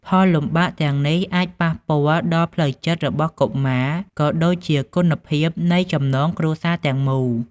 ផលលំបាកទាំងនេះ អាចប៉ះពាល់ដល់ផ្លូវចិត្តរបស់កុមារ ក៏ដូចជាគុណភាពនៃចំណងគ្រួសារទាំងមូល។